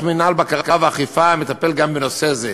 מינהל בקרה ואכיפה המטפל גם בנושא זה.